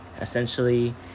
Essentially